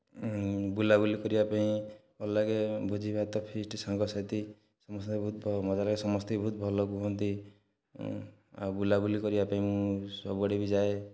ବୁଲାବୁଲି କରିବା ପାଇଁ ଭଲ ଲାଗେ ଭୋଜି ଭାତ ଫିସ୍ଟ ସାଙ୍ଗସାଥି ସମସ୍ତଙ୍କ ସହ ବହୁତ ମଜା ଲାଗେ ସମସ୍ତେ ବହୁତ ଭଲ କୁହନ୍ତି ଆଉ ବୁଲାବୁଲି କରିବା ପାଇଁ ମୁଁ ସବୁଆଡ଼େ ବି ଯାଏ